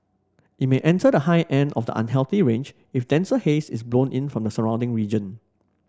it may enter the high end of the unhealthy range if denser haze is blown in from the surrounding region